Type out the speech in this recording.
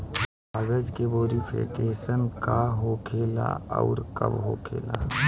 कागज के वेरिफिकेशन का हो खेला आउर कब होखेला?